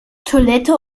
toilette